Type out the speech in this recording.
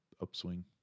upswing